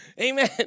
Amen